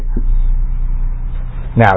Now